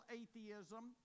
atheism